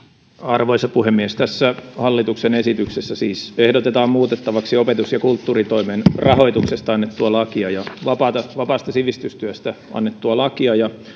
arvoisa puhemies tässä hallituksen esityksessä siis ehdotetaan muutettavaksi opetus ja kulttuuritoimen rahoituksesta annettua lakia ja vapaasta sivistystyöstä annettua lakia ja